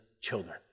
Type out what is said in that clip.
children